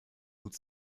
gut